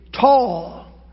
tall